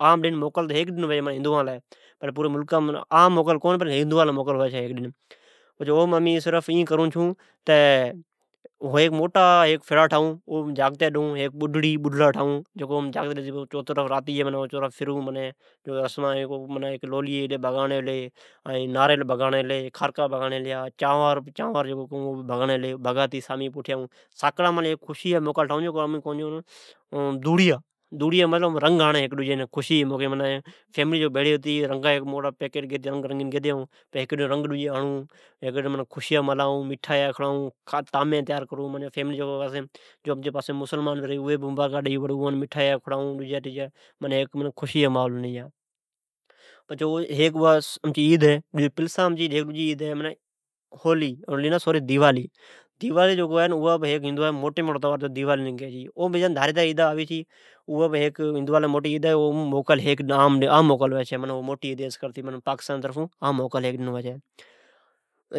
عام ڈن موکل تو ھوی صرف ہندوان موکل ھوی چھے ۔پوری ملکام تو کونی پر ہندوان ھوی چھی۔ اوم امی ائی کرون چھو تہ ھولی جی امی راتی جی ھیک موٹا فیڑا ٹھائون پچھی اون جاگتی ڈون اوم ھیک بڈڑی ،نڈڑا ٹھاوئون چھون۔ اوجی چوطرف پھرون چھون ۔اومباٹئی بھگانڑی ھلی ، ناریل بھگانڑی ھلی ،چانور بھگانڑی ھلی ۔ناٹئی بھگانڑی ھلی ۔ کھارکا بھگانڑی ھلی ۔وعیرہ سامی جی بگاتی ۔ پچھی ساکھڑی مالی ھیک خشی جاق موقہ ٹھائو ،جکان امی کئون چھو ڈوڑیا معنی رنگ ھیکی ڈجین ھڑون خشی جی موقہ رنگا جی پیکیٹ گہتیآئون چھون ۔ پوری خاندان، فیملین ہڑون چھون ۔خشیا ملائو ۔ مٹھیا کھڑائون ۔طامین تیار کرو مبارکا ڈون ھیکی ڈجین۔ این امچی پاسیم مسلمان بے مبارکا ڈئی چھی۔ امی بھی اوان مٹھائی ڈئون چھون۔ معنی ھیک خشی جا ماحول ھنی جا ۔او پچھی ھیک ڈجی عید ھولی ،ھولی نہ سوری دیوالی ھے جکو ہندو جا موٹی، موٹا تھووار دیوالی نی کئی چھی۔ ھئ تو ھیک ڈنھن عام موکل ھوی پوری پاکستانام۔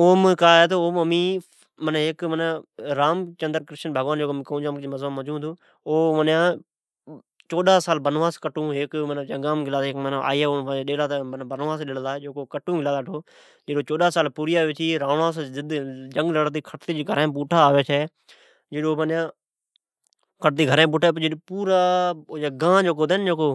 اوم کا ھی تو امی رامچندر بگوان کئون چھون امی اون میجون چھون او چوڈا سالا بنواس کٹون بنواس گلا ھتہ ۔معنی آئی اون بنواس ڈیلی ھتے، جکو کٹون گلا ھتا اٹھو ۔ جڈ چوڈا سالا پوریا ہوی چھی راونڑاس جنگ کھٹتی پوٹھا گھری آوی چھی، تو پچھی اوج پورے گان ھتی جکو